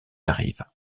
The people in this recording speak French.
arrive